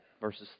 Verses